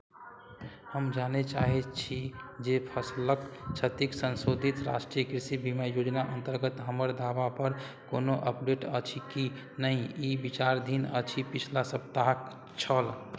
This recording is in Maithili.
हम जानय चाहैत छी जे फसलक क्षतिक संशोधित राष्ट्रीय कृषि बीमा योजना अन्तर्गत हमर दावापर कोनो अपडेट अछि कि नहि ई विचाराधीन अछि पछिला सप्ताहक छल